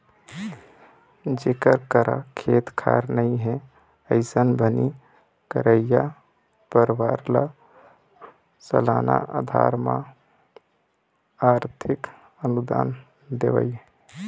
जेखर करा खेत खार नइ हे, अइसन बनी करइया परवार ल सलाना अधार म आरथिक अनुदान देवई